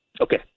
Okay